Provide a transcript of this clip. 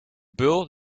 beul